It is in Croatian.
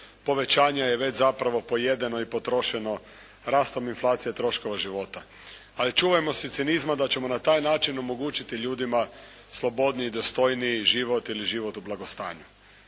povećanje je već zapravo pojedeno i potrošeno rastom inflacije troškova života. Ali čuvajmo se cinizma da ćemo na taj način omogućiti ljudima slobodniji i dostojniji život ili život u blagostanju.